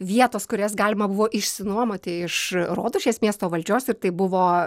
vietos kurias galima buvo išsinuomoti iš rotušės miesto valdžios ir tai buvo